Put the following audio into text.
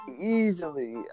easily